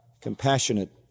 compassionate